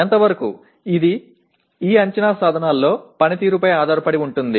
ఎంతవరకు ఇది ఈ అంచనా సాధనాల్లో పనితీరుపై ఆధారపడి ఉంటుంది